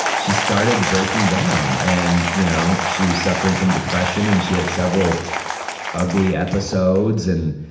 she started breaking down. and, you know, she was suffering from depression. and she had several ugly episodes. and,